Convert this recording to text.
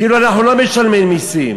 כאילו אנחנו לא משלמים מסים.